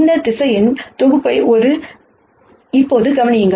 இந்த வெக்டர்ஸ் தொகுப்பை இப்போது கவனியுங்கள்